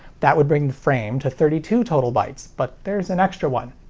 that would bring the frame to thirty two total bytes. but there's an extra one.